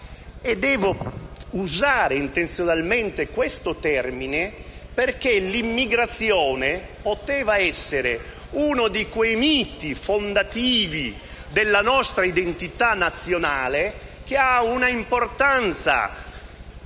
devo usare intenzionalmente questo termine perché l'immigrazione poteva essere uno di quei miti fondativi della nostra identità nazionale che ha un'importanza